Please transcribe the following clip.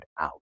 out